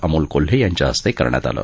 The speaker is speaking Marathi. अमोल कोल्हे यांच्या हस्ते करण्यात आलं